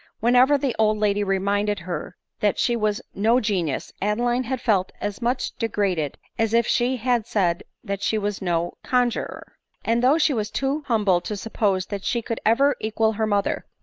whenever the old lady reminded her that she was no genius, adeline had felt as much degraded as if she had said that she was no conjurer and though she was too humble to suppose that she could ever equal her mother,